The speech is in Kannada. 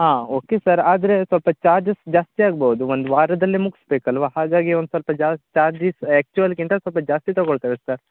ಹಾಂ ಓಕೆ ಸರ್ ಆದರೆ ಸ್ವಲ್ಪ ಚಾರ್ಜಸ್ ಜಾಸ್ತಿ ಆಗ್ಬೋದು ಒಂದು ವಾರದಲ್ಲಿ ಮುಗಿಸ್ಬೇಕಲ್ವಾ ಹಾಗಾಗಿ ಒಂದು ಸ್ವಲ್ಪ ಜಾಸ್ತಿ ಚಾರ್ಜಿಸ್ ಆಕ್ಚ್ವಲ್ಗಿಂತ ಸ್ವಲ್ಪ ಜಾಸ್ತಿ ತಗೋಳ್ತೇವೆ ಸರ್